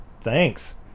Thanks